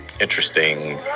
interesting